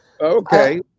Okay